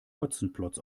hotzenplotz